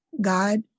God